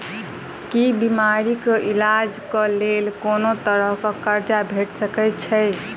की बीमारी कऽ इलाज कऽ लेल कोनो तरह कऽ कर्जा भेट सकय छई?